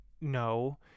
no